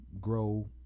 grow